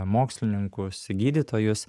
mokslininkus gydytojus